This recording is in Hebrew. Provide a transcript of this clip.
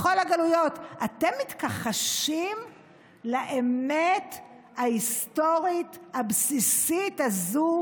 אתם מתכחשים לאמת ההיסטורית הבסיסית הזו,